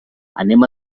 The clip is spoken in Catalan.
anem